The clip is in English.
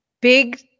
big